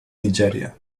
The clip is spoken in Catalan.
nigèria